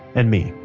and me,